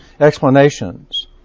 explanations